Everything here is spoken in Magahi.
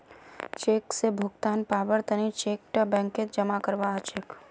चेक स भुगतान पाबार तने चेक टा बैंकत जमा करवा हछेक